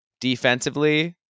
Defensively